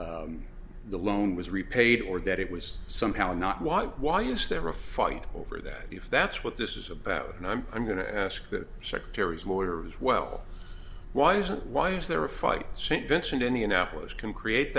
e loan was repaid or that it was somehow not what why is there a fight over that if that's what this is about and i'm i'm going to ask that secretaries lawyer as well why isn't why is there a fight st vincent indianapolis can create